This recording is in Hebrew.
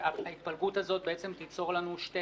ההתפלגות הזאת תיצור שתי